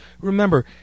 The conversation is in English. Remember